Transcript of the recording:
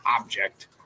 object